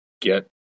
get